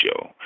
show